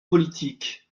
politique